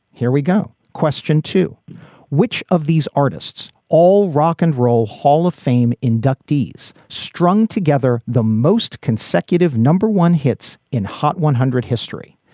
here we go. question two which of these artists all rock and roll hall of fame inductees strung together the most consecutive number one hits in hot one hundred history?